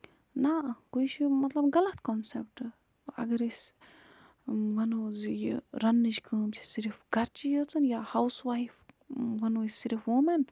نہ کُنہِ جایہِ مطلب غلظ کونسیپٹ اَگر أسۍ وَنو زِ یہِ رَننٕچ کٲم چھِ صرف گرچی یٲژَن یا ہاوُس وایِف وَنو أسۍ صرف ووٗمیٚن